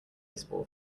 baseball